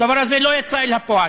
הדבר הזה לא יצא אל הפועל.